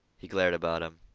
he glared about him.